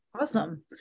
Awesome